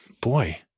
boy